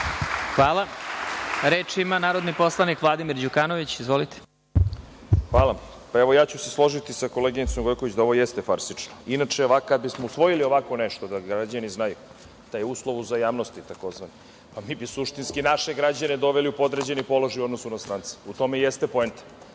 Hvala. Reč ima narodni poslanik Vladimir Đukanović. **Vladimir Đukanović** Ja ću se složiti sa koleginicom Gojković da ovo jeste farsično. Inače, kada bi smo usvojili ovako nešto, da građani znaju taj uslov uzajavnosti tzv. mi bi suštinski naše građane doveli u podređeni položaj u odnosu na strance. U tome jeste poenta. Zato